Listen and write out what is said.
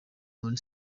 muri